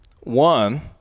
One